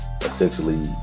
essentially